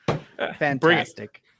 Fantastic